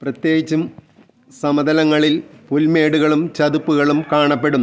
പ്രത്യേകിച്ചും സമതലങ്ങളിൽ പുൽമേടുകളും ചതുപ്പുകളും കാണപ്പെടുന്നു